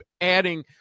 adding